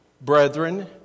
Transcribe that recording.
brethren